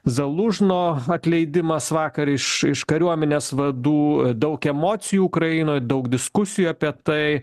zalužno atleidimas vakar iš iš kariuomenės vadų daug emocijų ukrainoj daug diskusijų apie tai